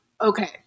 okay